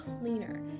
cleaner